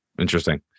Interesting